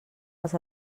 els